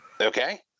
Okay